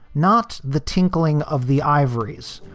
not the tinkling of the ivories,